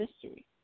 history